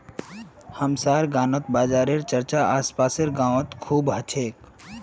हमसार गांउत बाजारेर चर्चा आस पासेर गाउत खूब ह छेक